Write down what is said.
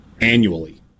annually